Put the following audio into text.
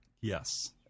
Yes